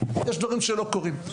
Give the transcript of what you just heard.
יש דברים שלא קורים.